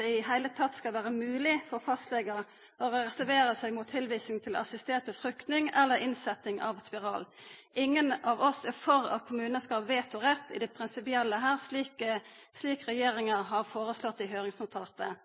i det heile skal vera mogleg for fastlegar å reservera seg mot tilvising til assistert befrukting eller innsetjing av spiral. Ingen av oss er for at kommunar skal ha vetorett i det prinsipielle her, slik regjeringa har foreslått i